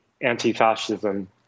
anti-fascism